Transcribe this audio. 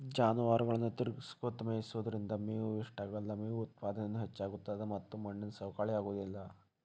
ಜಾನುವಾರುಗಳನ್ನ ತಿರಗಸ್ಕೊತ ಮೇಯಿಸೋದ್ರಿಂದ ಮೇವು ವೇಷ್ಟಾಗಲ್ಲ, ಮೇವು ಉತ್ಪಾದನೇನು ಹೆಚ್ಚಾಗ್ತತದ ಮತ್ತ ಮಣ್ಣಿನ ಸವಕಳಿ ಆಗೋದಿಲ್ಲ